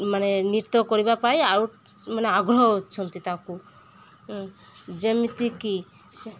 ମାନେ ନୃତ୍ୟ କରିବା ପାଇଁ ଆଉ ମାନେ ଆଗ୍ରହ ଅଛନ୍ତି ତାକୁ ଯେମିତିକି ସେ